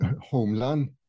homeland